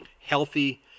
healthy